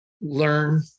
learn